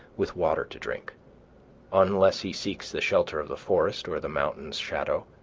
with water to drink unless he seeks the shelter of the forest or the mountain's shadow.